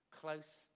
close